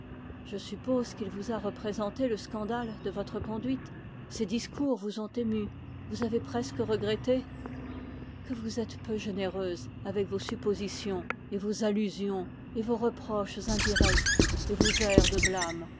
il vous a représenté le scandale de votre conduite ses discours vous ont ému vous avez regretté que vous êtes peu généreuse avec vos suppositions et vos reproches indirects et vos airs de blâme